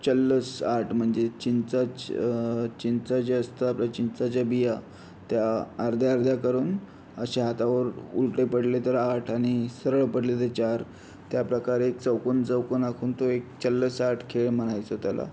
चल्लस आठ म्हणजे चिंचाच चिंच जे असतं आपले चिंचाचे बिया त्या अर्ध्या अर्ध्या करून असे हातावर उलटे पडले तर आठ आणि सरळ पडले तर चार त्याप्रकारे चौकोन चौकोन आखून तो एक चल्लस आठ खेळ म्हणायचं त्याला